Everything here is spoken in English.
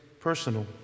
personal